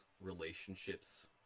relationships